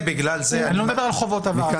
אני לא מדבר על חובות עבר.